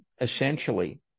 essentially